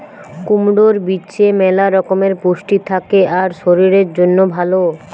কুমড়োর বীজে ম্যালা রকমের পুষ্টি থাকে আর শরীরের জন্যে ভালো